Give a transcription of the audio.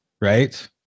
right